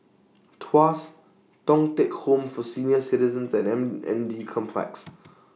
Tuas Thong Teck Home For Senior Citizens and M N D Complex